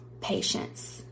patience